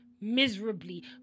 miserably